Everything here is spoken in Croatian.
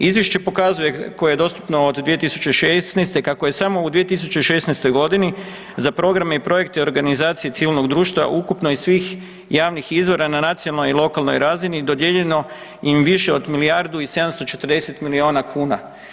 Izvješće pokazuje, koje je dostupno od 2016. kako je samo u 2016. g. za programe i projekte organizacije civilnog društva ukupno iz svih javnih izvora na nacionalnoj i lokalnoj razini dodijeljeno im više od milijardu i 740 milijuna kuna.